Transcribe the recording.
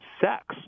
sex